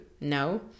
No